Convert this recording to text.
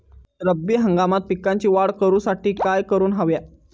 रब्बी हंगामात पिकांची वाढ करूसाठी काय करून हव्या?